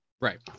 Right